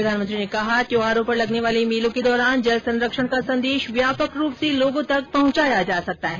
प्रधानमंत्री ने कहा त्योहारों पर लगने वाले मेलों के दौरान जल संरक्षण का संदेश व्यापक रूप से लोगों तक पहुंचाया जा सकता है